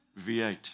V8